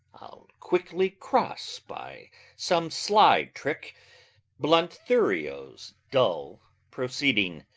i'll quickly cross by some sly trick blunt thurio's dull proceeding.